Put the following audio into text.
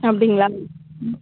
அப்படிங்களா ம்